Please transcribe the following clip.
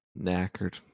Knackered